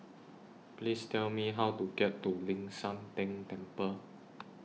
Please Tell Me How to get to Ling San Teng Temple